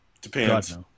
Depends